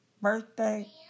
birthday